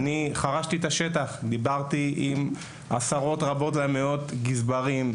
אני חרשתי את השטח; דיברתי עם עשרות רבות ומאות של גזברים,